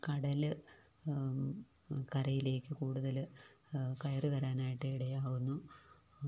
കടൽ കരയിലേക്ക് കൂടുതൽ കയറിവരാനായിട്ട് ഇടയാവുന്നു